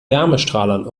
wärmestrahlern